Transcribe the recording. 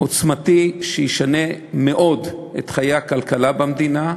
עוצמתי שישנה מאוד את חיי הכלכלה במדינה,